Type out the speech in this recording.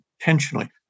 intentionally